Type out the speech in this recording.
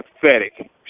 pathetic